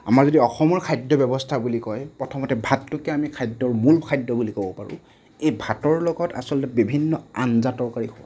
আমাৰ যদি অসমৰ খাদ্য ব্যৱস্থা বুলি কয় প্ৰথমতে ভাতটোকে আমি খাদ্যৰ মূল খাদ্য বুলি ক'ব পাৰোঁ এই ভাতৰ লগত আচলতে বিভিন্ন আঞ্জা তৰকাৰি খোৱা হয়